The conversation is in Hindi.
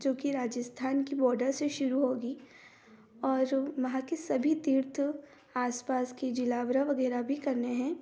जो कि राजस्थान के बोडर से शुरू होगी और वहाँ की सभी तीर्थ आसपास के जीलावरा वगैरह भी करने हैं